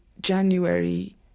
January